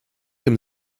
dem